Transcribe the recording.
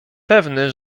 pewny